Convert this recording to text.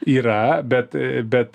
yra bet bet